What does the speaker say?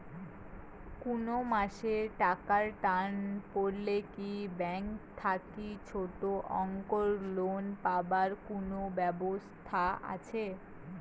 কুনো মাসে টাকার টান পড়লে কি ব্যাংক থাকি ছোটো অঙ্কের লোন পাবার কুনো ব্যাবস্থা আছে?